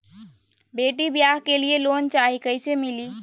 बेटी ब्याह के लिए लोन चाही, कैसे मिली?